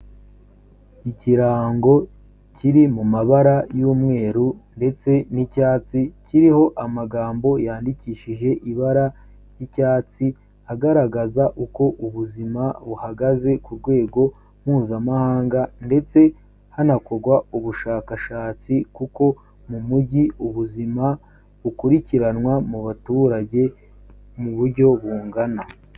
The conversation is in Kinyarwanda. Ikirango kiri mu mabara y'umweru ndetse n'icyatsi, kiriho amagambo yandikishije ibara ry'icyatsi agaragaza uko ubuzima buhagaze ku rwego mpuzamahanga ndetse hanakorwa ubushakashatsi kuko mu mujyi ubuzima bukurikiranwa mu baturage mu buryo bungana.